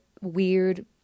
weird